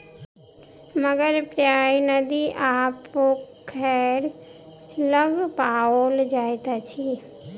मगर प्रायः नदी आ पोखैर लग पाओल जाइत अछि